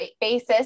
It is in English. basis